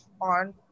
on